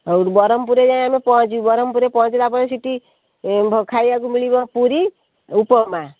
ହେଉ ବ୍ରହ୍ମପୁରରେ ଯାଇ ଆମେ ପହଞ୍ଚିବୁ ବ୍ରହ୍ମପୁରେ ଯାଇ ପହଞ୍ଚିଲା ପରେ ସେଠି ଖାଇବାକୁ ମିଳିବ ପୁରୀ ଉପମା